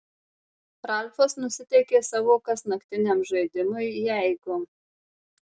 ralfas nusiteikė savo kasnaktiniam žaidimui jeigu